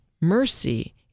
mercy